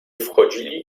wchodzili